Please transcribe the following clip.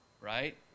Right